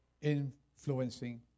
influencing